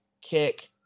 kick